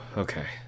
okay